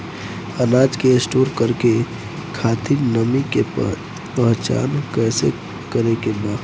अनाज के स्टोर करके खातिर नमी के पहचान कैसे करेके बा?